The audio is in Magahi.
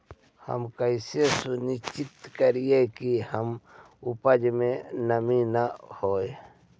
हम कैसे सुनिश्चित करिअई कि हमर उपज में नमी न होय?